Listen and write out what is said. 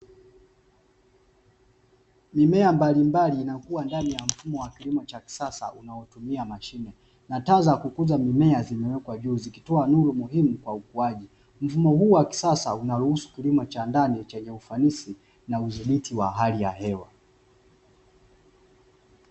Mimea mbalimbali inakuwa ndani ya mfumo wa kilimo cha kisasa unaotumia mashine na taa za kukuza mimea, zimewekwa juu zikitoa nuru muhimu kwa ukuaji mfumo huu wa kisasa unaruhusu kilimo cha ndani chenye ufanisi na udhibiti wa hali ya hewa.